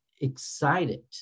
excited